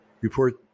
Report